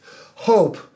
Hope